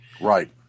Right